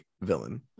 villain